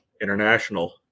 international